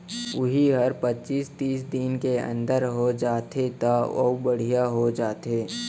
उही हर पचीस तीस दिन के अंदर हो जाथे त अउ बड़िहा हो जाथे